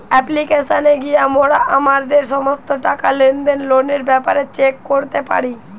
অ্যাপ্লিকেশানে গিয়া মোরা আমাদের সমস্ত টাকা, লেনদেন, লোনের ব্যাপারে চেক করতে পারি